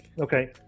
Okay